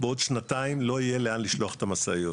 בעוד שנתיים לא יהיה לאן לשלוח את המשאיות.